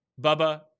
Bubba